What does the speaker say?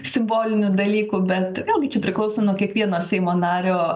simbolinių dalykų bet vėlgi čia priklauso nuo kiekvieno seimo nario